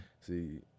See